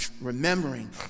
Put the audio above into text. remembering